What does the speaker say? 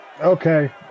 Okay